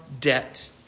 debt